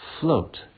float